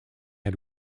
had